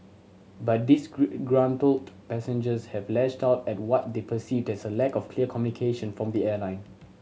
but disgruntled passengers have lashed out at what they perceived as a lack of clear communication from the airline